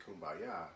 kumbaya